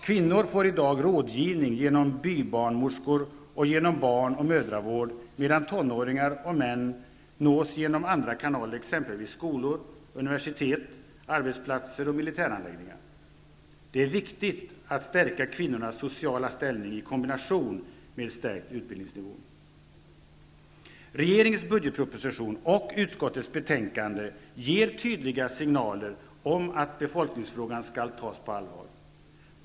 Kvinnor får i dag rådgivning genom bybarnmorskor och genom barn och mödravård, medan tonåringar och män nås genom andra kanaler, exempelvis skolor, universitet, arbetsplatser och militäranläggningar. Det är viktigt att stärka kvinnornas sociala ställning i kombination med en högre utbildningsnivå. Regeringens budgetproposition och utskottets betänkande ger tydliga signaler om att befolkningsfrågan skall tas på allvar.